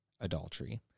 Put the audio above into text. adultery